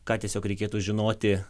ką tiesiog reikėtų žinoti